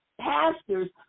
Pastors